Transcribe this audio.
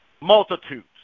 multitudes